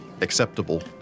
acceptable